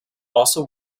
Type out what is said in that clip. also